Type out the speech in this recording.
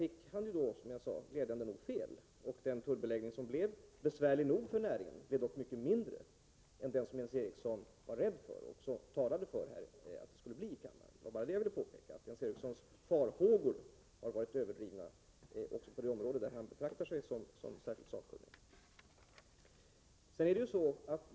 Som jag sade, fick han glädjande nog fel. Tullbeläggningen blev besvärlig nog för näringen, men den blev mycket mindre än den som Jens Eriksson var rädd för. Vad jag påpekade var alltså att Jens Erikssons farhågor har varit överdrivna också på det område där han betraktar sig som särskilt sakkunnig.